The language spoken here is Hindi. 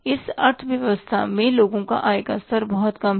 इस अर्थव्यवस्था में लोगों का आय स्तर बहुत कम है